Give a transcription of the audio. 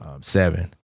seven